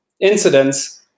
incidents